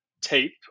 Tape